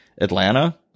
Atlanta